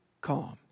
calm